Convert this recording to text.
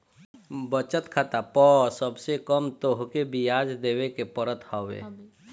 बचत खाता पअ सबसे कम तोहके बियाज देवे के पड़त हवे